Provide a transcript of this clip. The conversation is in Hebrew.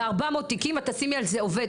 ו-400 תיקים, את תשימי על זה עובד.